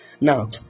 Now